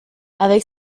avec